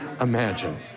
imagine